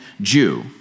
Jew